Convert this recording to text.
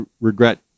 regret